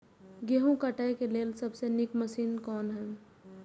गेहूँ काटय के लेल सबसे नीक मशीन कोन हय?